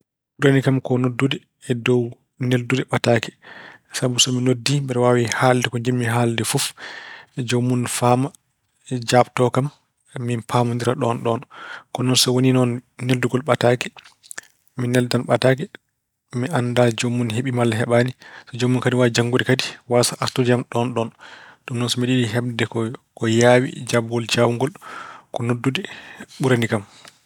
Ɓurani kam ko noddude e dow neldude ɓataake. Sabu so mi noddi, mbeɗa waawi haalde ko njiɗmi haalde ko fof. Joomum faama, jaabtoo kam. Min paamondiraa ɗoon e ɗoon. Kono so woni noon neldugol ɓataake, mi neldan ɓataake, mi anndaa joomum heɓii walla heɓaani. Joomum ina waawi janngude kadi waasa artude e am ɗoon ɗoon. Ɗum noon so mbeɗe yiɗi heɓde ko yaawi, jaabawuuji jawngol ko noddude ɓurani kam.